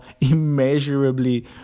immeasurably